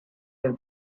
del